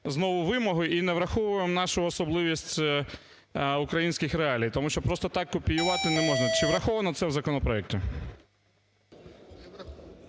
знову вимоги і не враховуємо нашу особливість, українських реалій. Тому що просто так копіювати не можна. Чи враховано це в законопроекті?